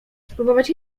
spróbować